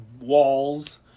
walls